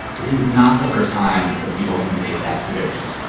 this is not the first time that people have made that prediction.